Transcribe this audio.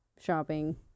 shopping